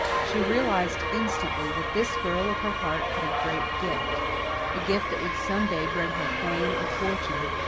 she realized instantly that this girl of her heart had a great gift a gift that would some day bring her fame and fortune,